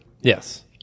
Yes